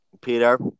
peter